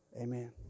Amen